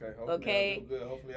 Okay